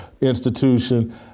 institution